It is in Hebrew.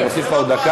אני אוסיף לך עוד דקה.